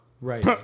right